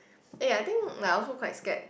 eh yeah I think like I also quite scared